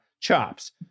chops